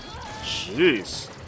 jeez